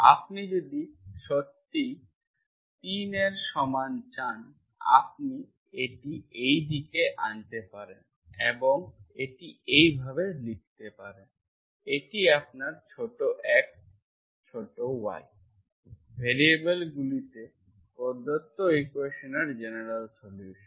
আপনি যদি সত্যিই 3 এর সমান চান আপনি এটি এই দিকে আনতে পারেন এবং এটি এইভাবে লিখতে পারেন এটি আপনার ছোট x ছোট y ভ্যারিয়েবলগুলিতে প্রদত্ত ইকুয়েশনের জেনারেল সলিউসান